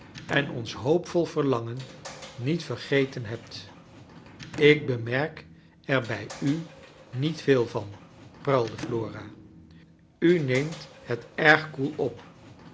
en ons hoopvol veriangen niet vergeten hebt i ik bemerk er bij u niet veel van pruilde flora u neemt het erg koel op